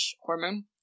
hormone